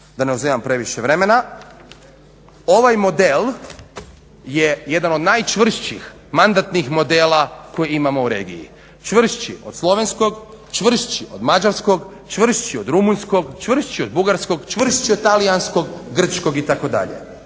da ne uzimam previše vremena ovaj model je jedan od najčvršćih mandatnih modela koji imamo u regiji. Čvršći od slovenskog, čvršći od mađarskog, čvršći od rumunjskog, čvršći od bugarskog, čvršći od talijanskog, grčkog itd.